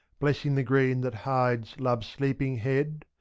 blessing the green that hides love's sleeping head,